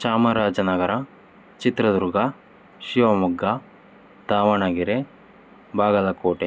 Chamarajanagar Chitradurga Shivamogga Davanagere Bagalkot